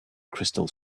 crystal